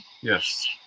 Yes